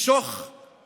למשוך